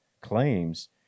claims